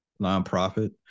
nonprofit